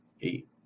eight